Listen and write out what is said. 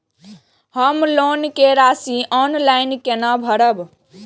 हम लोन के राशि ऑनलाइन केना भरब?